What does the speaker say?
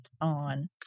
on